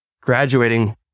graduating